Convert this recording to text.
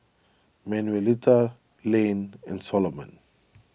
Manuelita Layne and Solomon